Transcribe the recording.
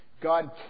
God